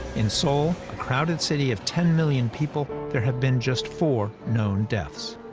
in seoul, a crowded city of ten million people, there have been just four known deaths.